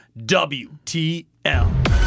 WTL